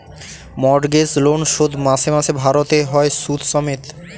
mortgage loan শোধ মাসে মাসে ভারতে হয় সুদ সমেত